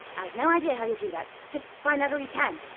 i've no idea how you'll do that just find out all you can!